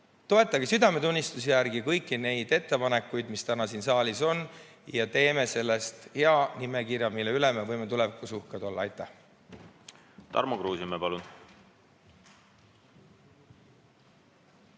toetage südametunnistuse järgi kõiki neid ettepanekuid, mis täna siin saalis on, ja teeme sellest hea nimekirja, mille üle me võime tulevikus uhked olla! Aitäh! Objektide nimekiri